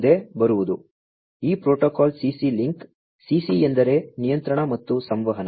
ಮುಂದೆ ಬರುವುದು ಈ ಪ್ರೋಟೋಕಾಲ್ CC ಲಿಂಕ್ CC ಎಂದರೆ ನಿಯಂತ್ರಣ ಮತ್ತು ಸಂವಹನ